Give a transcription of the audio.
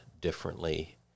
differently